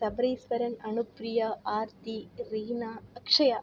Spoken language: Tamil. சபரீஸ்வரன் அனுப்பிரியா ஆர்த்தி ரீனா அக்ஷயா